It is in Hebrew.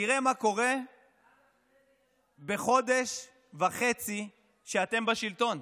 תראה מה קורה בחודש וחצי שאתם בשלטון.